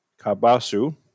Kabasu